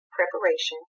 preparation